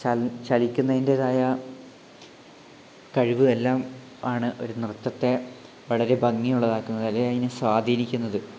ചല ചലിക്കുന്നതിന്ൻ്റ തായ കഴിവും എല്ലാം ആണ് ഒരു നൃത്തത്തെ ഭംഗി ഉള്ളതാക്കുന്നത് അല്ലെങ്കിൽ അതിനെ സ്വാധീനിക്കുന്നത്